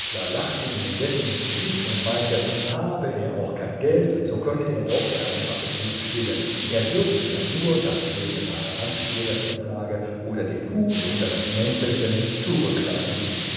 lachte ihm indessen ins gesicht und meinte habe er auch kein geld so könne er doch seinen appetit stillen er dürfe ja nur das schöne paar handschuhe das er trage oder den hut oder das mäntelchen zurücklassen